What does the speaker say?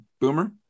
Boomer